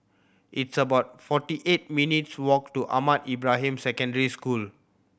it's about forty eight minutes' walk to Ahmad Ibrahim Secondary School